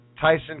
Tyson